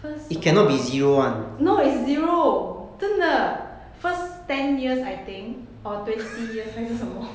first 什么啊 no is zero 真的 first ten years I think or twenty years 还是什么